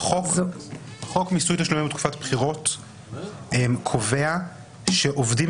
חוק מיסוי תשלומים בתקופת בחירות קובע שעובדים